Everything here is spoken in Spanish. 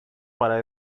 para